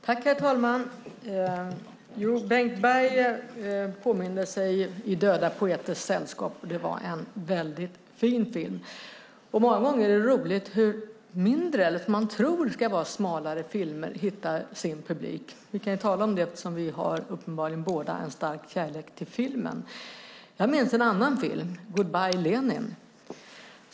Herr talman! Bengt Berg påminde sig om Döda poeters sällskap , och det var en väldigt fin film. Många gånger är det roligt hur mindre eller vad man tror ska vara smalare filmer hittar sin publik. Vi kan tala om det eftersom vi båda uppenbarligen har en stark kärlek till filmen. Jag minns en annan film: Goodbye Lenin .